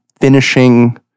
finishing